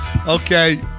Okay